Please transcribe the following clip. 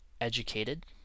educated